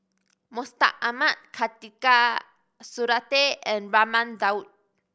Mustaq Ahmad Khatijah Surattee and Raman Daud